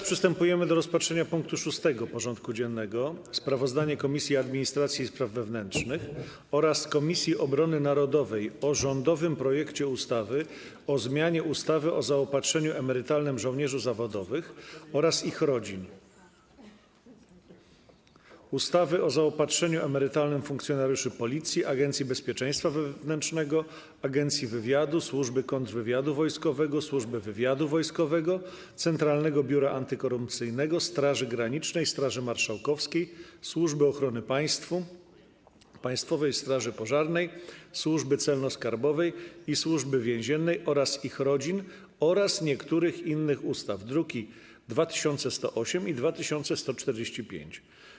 Przystępujemy do rozpatrzenia punktu 6. porządku dziennego: Sprawozdanie Komisji Administracji i Spraw Wewnętrznych oraz Komisji Obrony Narodowej o rządowym projekcie ustawy o zmianie ustawy o zaopatrzeniu emerytalnym żołnierzy zawodowych oraz ich rodzin, ustawy o zaopatrzeniu emerytalnym funkcjonariuszy Policji, Agencji Bezpieczeństwa Wewnętrznego, Agencji Wywiadu, Służby Kontrwywiadu Wojskowego, Służby Wywiadu Wojskowego, Centralnego Biura Antykorupcyjnego, Straży Granicznej, Straży Marszałkowskiej, Służby Ochrony Państwa, Państwowej Straży Pożarnej, Służby Celno-Skarbowej i Służby Więziennej oraz ich rodzin oraz niektórych innych ustaw (druki nr 2108 i 2145)